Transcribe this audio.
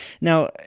Now